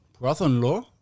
brother-in-law